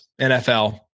NFL